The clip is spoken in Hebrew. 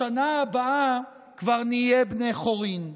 לשנה הבאה כבר נהיה בני חורין.